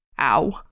Ow